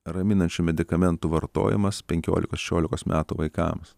raminančių medikamentų vartojimas penkiolikos šešiolikos metų vaikams